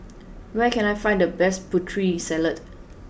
where can I find the best Putri Salad